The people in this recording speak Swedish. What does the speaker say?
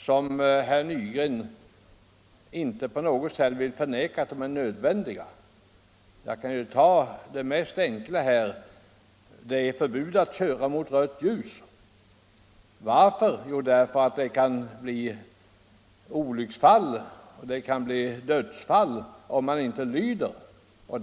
som väl även herr Nygren anser vara nödvändiga. Jag kan bara ta det allra enklaste förbudet, nämligen det att köra mot rött ljus. Varför har vi det? Jo, därför att det skulle inträffa olyckor och dödsfall om man inte iakttog trafikreglerna i det fallet.